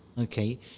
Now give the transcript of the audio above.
okay